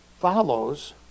follows